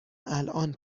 الان